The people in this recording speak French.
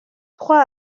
trois